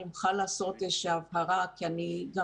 אני מוכרחה לומר איזו הבהרה כי אני גם